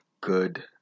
good